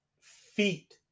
feet